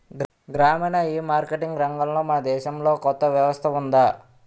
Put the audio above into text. గ్రామీణ ఈమార్కెటింగ్ రంగంలో మన దేశంలో కొత్త వ్యవస్థ ఉందా?